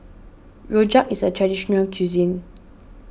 Rojak is a Traditional Local Cuisine